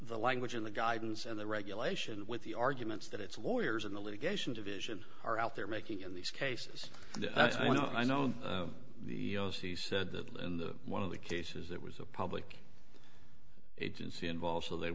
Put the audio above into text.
the language in the guidance and the regulation with the arguments that it's lawyers in the litigation division are out there making in these cases you know i know he said that in the one of the cases that was a public agency involved so they